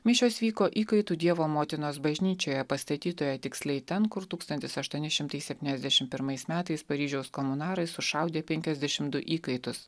mišios vyko įkaitų dievo motinos bažnyčioje pastatytoje tiksliai ten kur tūkstantis aštuoni šimtai septyniasdešimt pirmais metais paryžiaus komunarai sušaudė penkiasdešimt du įkaitus